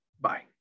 Bye